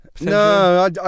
No